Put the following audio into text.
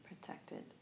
protected